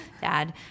dad